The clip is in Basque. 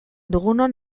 dugunon